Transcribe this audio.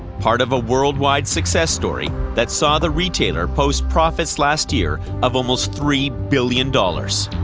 part of a worldwide success story that saw the retailer post profits last year of almost three billion dollars.